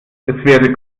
wäre